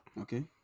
Okay